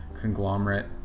conglomerate